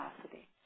capacity